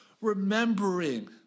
remembering